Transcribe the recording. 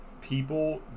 people